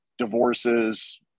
divorces